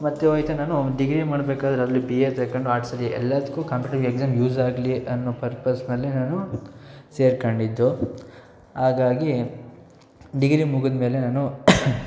ಮತ್ತು ಹೋಗ್ತಾ ನಾನು ಡಿಗ್ರಿ ಮಾಡಬೇಕಾದ್ರೆ ಅಲ್ಲಿ ಬಿ ಎ ತಗೊಂಡು ಆರ್ಟ್ಸಲ್ಲಿ ಎಲ್ಲದಕ್ಕೂ ಕಾಂಪಿಟಿವ್ ಎಕ್ಸಾಮ್ ಯೂಸ್ ಆಗಲಿ ಅನ್ನೋ ಪರ್ಪಸ್ ಮೇಲೆ ನಾನು ಸೇರಿಕೊಂಡಿದ್ದು ಹಾಗಾಗಿ ಡಿಗ್ರಿ ಮುಗಿದ್ಮೇಲೆ ನಾನು